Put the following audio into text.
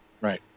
Right